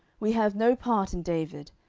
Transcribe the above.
we have no part in david,